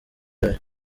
yose